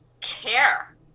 care